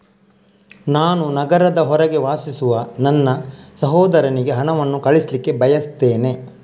ನಾನು ನಗರದ ಹೊರಗೆ ವಾಸಿಸುವ ನನ್ನ ಸಹೋದರನಿಗೆ ಹಣವನ್ನು ಕಳಿಸ್ಲಿಕ್ಕೆ ಬಯಸ್ತೆನೆ